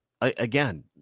again